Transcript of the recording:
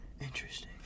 Interesting